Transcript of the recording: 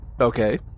okay